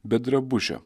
be drabužio